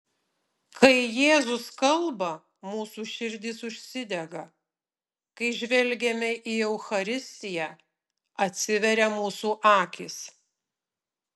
kai jėzus kalba mūsų širdys užsidega kai žvelgiame į eucharistiją atsiveria mūsų akys